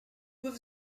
with